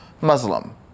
Muslim